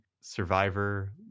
Survivor